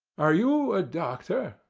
are you a doctor?